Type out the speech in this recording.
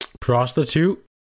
Prostitute